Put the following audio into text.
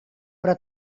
però